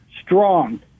strong